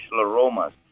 aromas